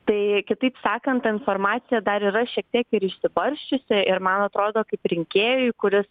tai kitaip sakant ta informacija dar yra šiek tiek ir išsibarsčiusi ir man atrodo kaip rinkėjui kuris